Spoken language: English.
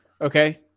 Okay